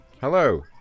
Hello